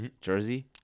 jersey